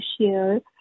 share